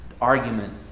argument